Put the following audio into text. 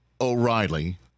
O'Reilly